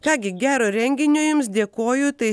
ką gi gero renginio jums dėkoju tai